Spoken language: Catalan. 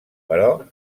però